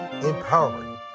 empowering